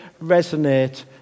resonate